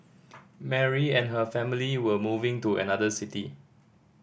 Mary and her family were moving to another city